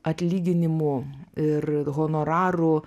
atlyginimų ir honorarų